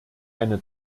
eine